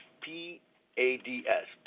P-A-D-S